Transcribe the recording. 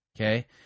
okay